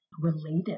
related